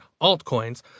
altcoins